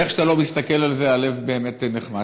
ואיך שאתה לא מסתכל על זה, הלב באמת נחמץ.